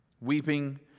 Weeping